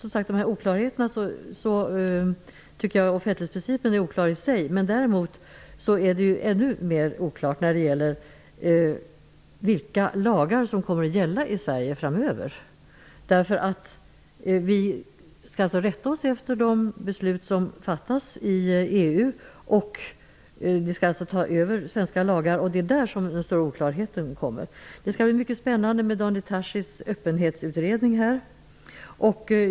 Jag tycker att offentlighetsprincipens framtid är oklar i sig, men ännu mer oklart är vilka lagar som kommer att gälla i Sverige om vi blir medlemmar. Vi skall alltså rätta oss efter de beslut som fattas i EU -- unionen skall ta över svenska lagar -- och det är där den stora oklarheten uppstår. Det skall bli mycket spännande att se Daniel Tarschys öppenhetsutredning.